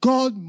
God